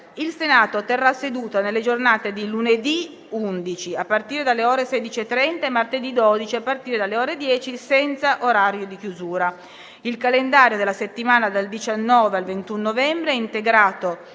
il Senato terrà seduta nelle giornate di lunedì 11, a partire dalle ore 16,30, e martedì 12, a partire dalle ore 10, senza orario di chiusura. Il calendario della settimana dal 19 al 21 novembre è integrato